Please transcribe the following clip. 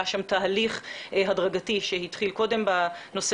היה שם תהליך הדרגתי שהתחיל קודם בנושא